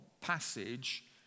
passage